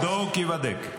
בדוק ייבדק.